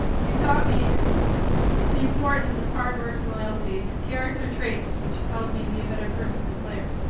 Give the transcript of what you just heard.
you taught me the importance of hard work and loyalty, character traits which have helped me be a better person and player,